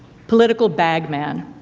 political bagman.